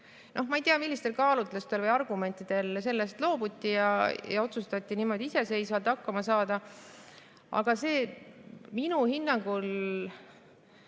Ma ei tea, millistel kaalutlustel või argumentidel sellest loobuti ja otsustati niimoodi iseseisvalt hakkama saada, aga minu hinnangul